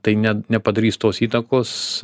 tai ne nepadarys tos įtakos